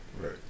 Right